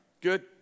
Good